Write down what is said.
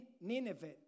Nineveh